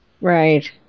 Right